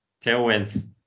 tailwinds